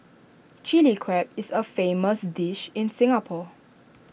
Chilli Crab is A famous dish in Singapore